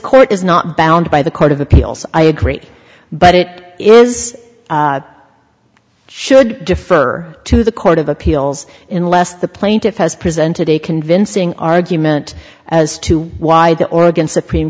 court is not bound by the court of appeals i agree but it is should defer to the court of appeals in lest the plaintiff has presented a convincing argument as to why the oregon supreme